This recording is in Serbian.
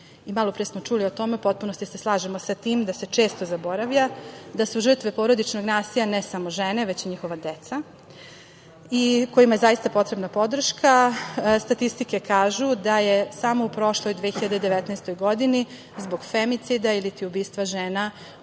i malopre smo čuli o tome. U potpunosti se slažemo sa tim da se često zaboravlja da su žrtve porodičnog nasilja ne samo žene već i njihova deca i kojima je zaista potrebna podrška. Statistike kažu da je samo u prošloj 2019. godini zbog femicida iliti ubistva žena